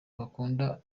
bakunda